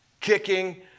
kicking